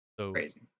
Crazy